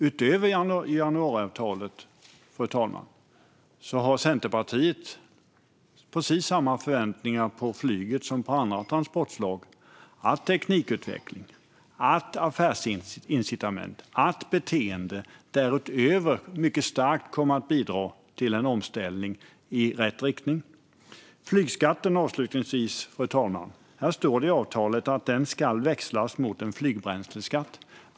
Utöver januariavtalet, fru talman, har Centerpartiet precis samma förväntningar på flyget som på andra transportslag att teknikutveckling, affärsincitament och beteende därutöver mycket starkt kommer att bidra till en omställning i rätt riktning. Fru talman! Avslutningsvis vill jag lyfta fram att det i avtalet står att flygskatten ska växlas mot en flygbränsleskatt.